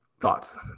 thoughts